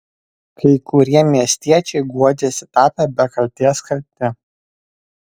kai kurie miestiečiai guodžiasi tapę be kaltės kalti